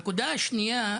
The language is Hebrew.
נקודות נוספות